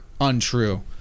untrue